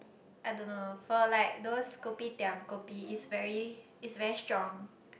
I don't know for like those kopitiam kopi is very is very strong